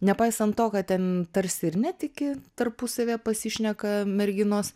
nepaisant to kad ten tarsi ir netiki tarpusavyje pasišneka merginos